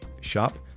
shop